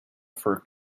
for